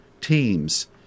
teams